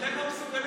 אתם לא מסוגלים.